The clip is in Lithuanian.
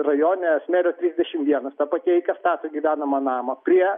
rajone smėlio trisdešimt vienas ta pati eika stato gyvenamą namą prie